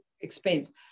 expense